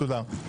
מסודר.